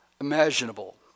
imaginable